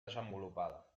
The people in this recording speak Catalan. desenvolupada